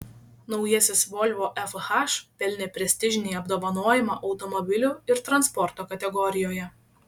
naujasis volvo fh pelnė prestižinį apdovanojimą automobilių ir transporto kategorijoje